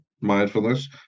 mindfulness